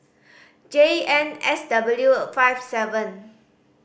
J N S W five seven